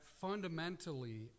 fundamentally